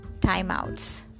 timeouts